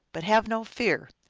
but have no fear.